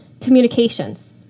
communications